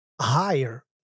higher